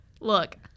Look